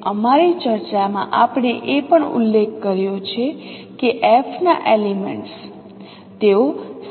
અને અમારી ચર્ચામાં આપણે એ પણ ઉલ્લેખ કર્યો છે કે f ના એલિમેન્ટ્સ તેઓ